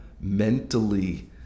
mentally